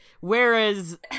Whereas